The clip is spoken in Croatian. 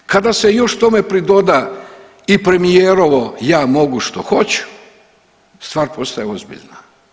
Kada se još tome pridoda i premijerovo ja mogu što hoću, stvar postaje ozbiljna.